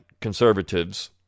conservatives